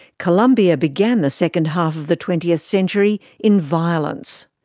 colombia began the second half of the twentieth century in violence.